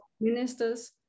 ministers